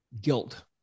guilt